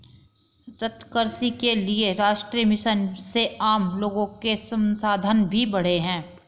सतत कृषि के लिए राष्ट्रीय मिशन से आम लोगो के संसाधन भी बढ़े है